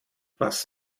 was